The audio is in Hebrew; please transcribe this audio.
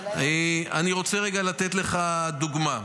אני רוצה רגע לתת לך דוגמה.